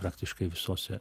praktiškai visose